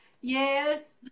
Yes